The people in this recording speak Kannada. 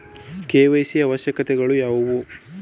ಕೆ.ವೈ.ಸಿ ಅವಶ್ಯಕತೆಗಳು ಯಾವುವು?